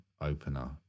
opener